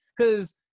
Cause